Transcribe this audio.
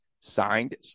signed